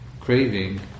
Craving